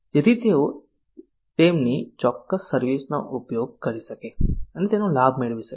જેથી તેઓ તેમની ચોક્કસ સર્વિસ નો ઉપયોગ કરી શકે અને તેનો લાભ મેળવી શકે